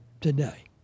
today